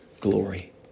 glory